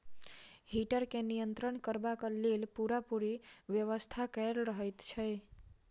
heater के नियंत्रण करबाक लेल पूरापूरी व्यवस्था कयल रहैत छै